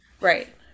Right